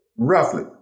Roughly